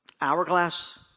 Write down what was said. hourglass